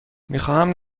میخواهم